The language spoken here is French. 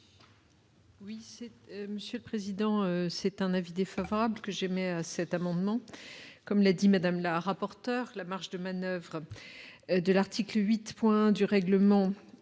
Oui, monsieur le président, c'est un avis défavorable que jamais cet amendement comme l'a dit Madame la rapporteure, la marge de manoeuvre de l'article 8 points du règlement